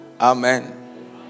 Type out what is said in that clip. Amen